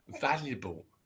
valuable